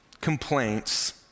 complaints